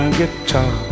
guitar